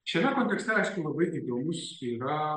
šiame kontekste aišku labai įdomūs yra anglų